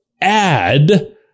add